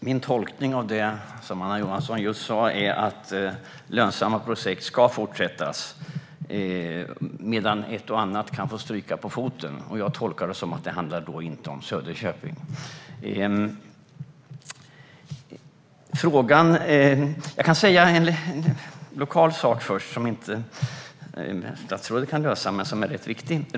Herr talman! Min tolkning av det Anna Johansson just har sagt är att lönsamma projekt ska fortsätta medan ett och annat kan få stryka på foten. Jag tolkar det som att det inte handlar om Söderköping. Jag kan ta upp en lokal fråga, som statsrådet inte kan lösa men som är rätt viktig.